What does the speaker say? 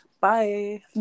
Bye